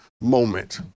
moment